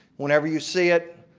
whenever you see it,